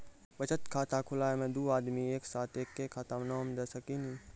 बचत खाता खुलाए मे दू आदमी एक साथ एके खाता मे नाम दे सकी नी?